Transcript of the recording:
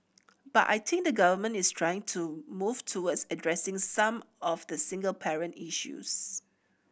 but I think the Government is trying to move towards addressing some of the single parent issues